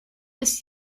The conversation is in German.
ist